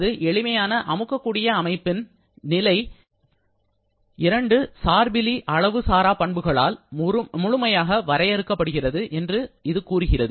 அது எளிமையான அமுக்கக்கூடிய அமைப்பின் நிலை இரண்டு சார்பிலி அளவு சாரா பண்புகளால் முழுமையாக வரையறுக்கப்படுகிறது என்று இது கூறுகிறது